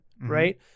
right